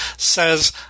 Says